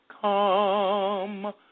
come